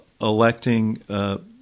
electing—